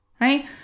Right